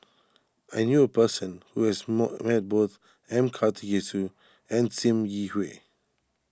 I knew a person who has more met both M Karthigesu and Sim Yi Hui